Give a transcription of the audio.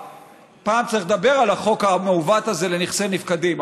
פעם צריך לדבר על החוק המעוות הזה לנכסי נפקדים,